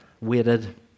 waited